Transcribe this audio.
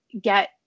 get